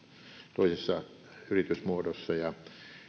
toisessa yritysmuodossa ja